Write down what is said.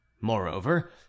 Moreover